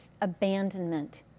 abandonment